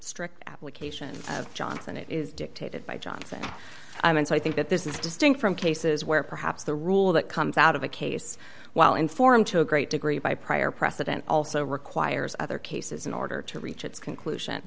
strict application of johnson it is dictated by johnson and so i think that this is distinct from cases where perhaps the rule that comes out of a case well informed to a great degree by prior precedent also requires other cases in order to reach its conclusion